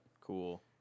cool